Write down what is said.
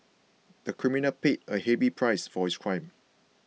the criminal paid a heavy price for his crime